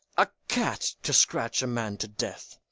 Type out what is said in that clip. a cat, to scratch a man to death!